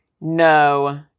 no